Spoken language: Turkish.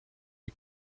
iki